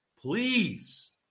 Please